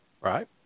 Right